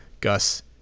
Gus